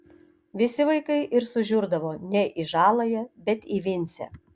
visi vaikai ir sužiurdavo ne į žaląją bet į vincę